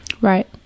Right